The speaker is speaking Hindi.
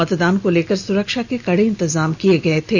मतदान को लेकर सुरक्षा के कड़े इंतजाम किए गए थे